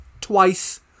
twice